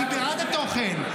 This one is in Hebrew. אני בעד התוכן.